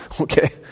Okay